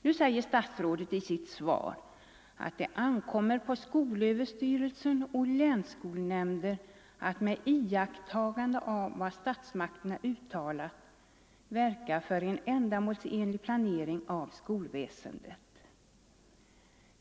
Nu säger statsrådet i sitt svar att det ankommer på skolöverstyrelsen och länsskolnämnder att, med iakttagande av vad statsmakterna uttalat, verka för en ändamålsenlig planering av skolväsendet.